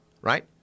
right